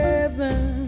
Heaven